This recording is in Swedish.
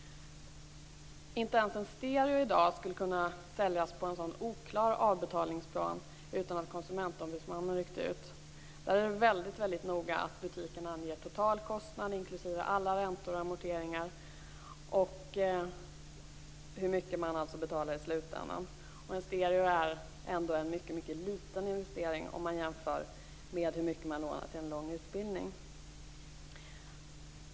Inte ens en stereoanläggning skulle i dag kunna säljas på en så oklar avbetalningsplan utan att Konsumentombudsmannen ryckte ut. Där är det väldigt noga att butiken anger totalkostnaden inklusive alla räntor och amorteringar och hur mycket man betalar i slutändan. Det är ändå en mycket liten investering jämfört med hur mycket man lånar till en lång utbildning.